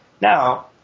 Now